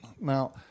Now